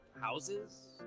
Houses